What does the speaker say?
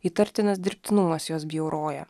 įtartinas dirbtinumas jos bjauroja